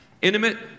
Intimate